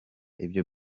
ibyo